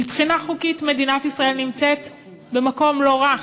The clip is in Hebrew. מבחינה חוקית מדינת ישראל נמצאת במקום לא רע.